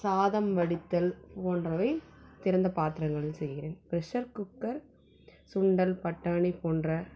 சாதம் வடித்தல் போன்றவை திறந்த பாத்திரங்களில் செய்கின்றேன் ப்ரெஷர் குக்கர் சுண்டல் பட்டாணி போன்ற